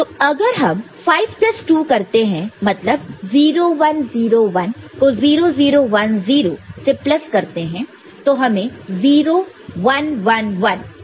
तो अगर हम 5 प्लस 2 करते हैं मतलब 0 1 0 1 को 0 0 1 0 से प्लस करते हैं तो हमें 0 1 1 1 जोकि 7 यह मिलता है